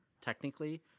technically